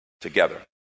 together